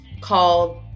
called